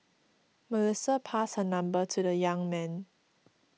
Melissa passed her number to the young man